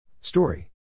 Story